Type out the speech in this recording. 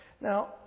Now